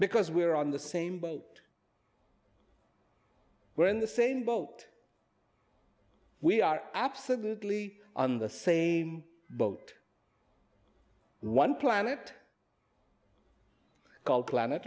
because we're on the same boat we're in the same boat we are absolutely on the same boat one planet called planet